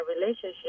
relationship